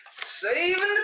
Saving